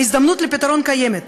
ההזדמנות לפתרון קיימת,